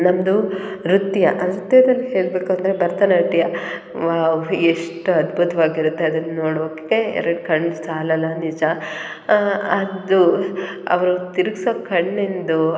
ನಮ್ಮದು ನೃತ್ಯ ನೃತ್ಯದಲ್ಲಿ ಹೇಳಬೇಕು ಅಂದರೆ ಭರತನಾಟ್ಯ ವಾವ್ ಎಷ್ಟು ಅದ್ಬುತವಾಗಿರುತ್ತೆ ಅದನ್ನು ನೋಡೋಕ್ಕೆ ಎರಡು ಕಣ್ಣು ಸಾಲಲ್ಲ ನಿಜ ಅದು ಅವರು ತಿರುಗ್ಸೊ ಕಣ್ಣಿಂದು